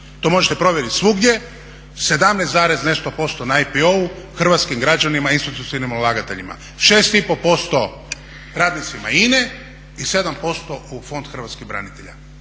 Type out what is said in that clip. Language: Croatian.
to možete provjeriti svugdje, 17 zarez nešto posto na APO-u, hrvatskim građanima i institucionalnim ulagateljima, 6,5% radnicima INA-e i 7% u Fond hrvatskih branitelja.